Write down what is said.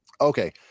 Okay